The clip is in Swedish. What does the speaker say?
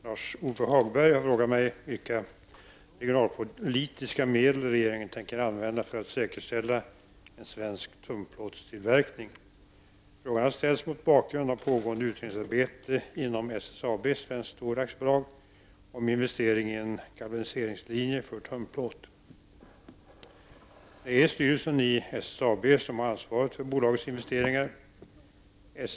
Herr talman! Lars-Ove Hagberg har frågat mig vilka regionalpolitiska medel regeringen tänker använda för att säkerställa en svensk tunnplåtstillverkning. Frågan har ställts mot bakgrund av pågående utredningsarbete inom SSAB, Svenskt Stål AB, om investering i en galvaniseringslinje för tunnplåt. Det är styrelsen i SSAB som har ansvaret för bolagets investeringar.